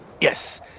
Yes